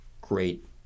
great